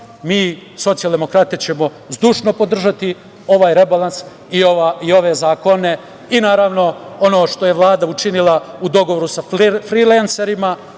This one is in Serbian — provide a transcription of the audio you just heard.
mi socijaldemokratije ćemo zdušno podržati ovaj rebalans i ove zakone i naravno ono što je Vlada učinila u dogovoru sa frilenserima,